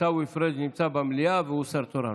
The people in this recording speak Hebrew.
עיסאווי פריג' נמצא במליאה והוא שר תורן.